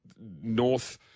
North